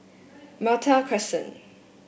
Malta Crescent